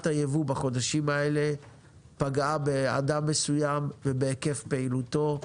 הייבוא בחודשים האלה פגעה באדם מסוים ובהיקף פעילותו.